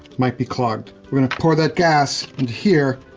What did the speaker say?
might be clogged. we're gonna pour that gas into here,